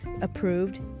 approved